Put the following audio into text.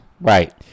Right